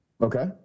Okay